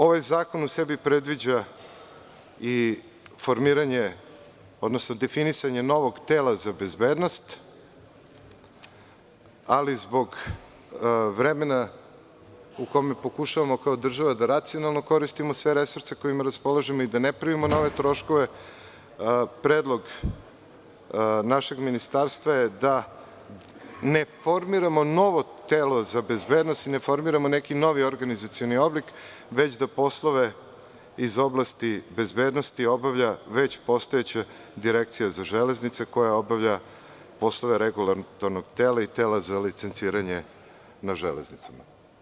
Ovaj zakon u sebi predviđa i formiranje, odnosno definisanje novog tela za bezbednost, ali zbog vremena u kome pokušavamo kao država da racionalno koristimo sve resurse sa kojima raspolažemo i da ne pravimo nove troškove, predlog našeg ministarstva je da ne formiram novo telo za bezbednost i ne formiramo neki novi organizacioni oblik, već da poslove iz oblasti bezbednosti obavlja već postojeća Direkcija za železnice koja obavlja poslove regulatornog tela i tela za licenciranje na železnicama.